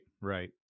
right